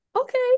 okay